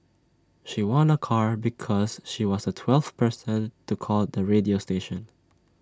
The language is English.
she won A car because she was the twelfth person to call the radio station